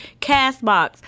CastBox